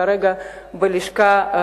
כרגע הוא